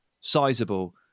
sizeable